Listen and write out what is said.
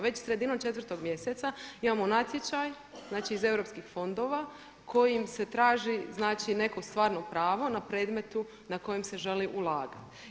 Već sredinom 4. mjeseca imamo natječaj iz europskih fondova kojim se traži neko stvarno pravo na predmetu na kojem se želi ulagati.